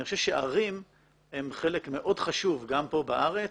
אני חושב שערים הן חלק מאוד חשוב גם פה בארץ,